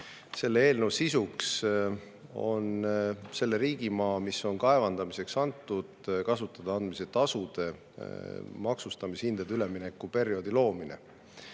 selle eelnõu sisu on selle riigimaa, mis on kaevandamiseks antud, kasutada andmise tasude, maksustamishindade üleminekuperioodi loomine.